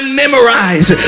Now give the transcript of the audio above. memorize